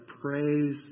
praise